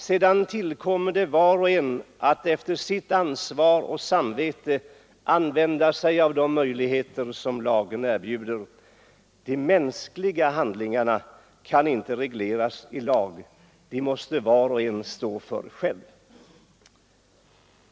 Sedan tillkommer det var och en att efter sitt ansvar och samvete använda sig av de möjligheter som lagen erbjuder. De mänskliga handlingarna kan inte regleras i lag. Dem måste var och en stå för själv.